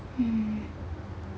mm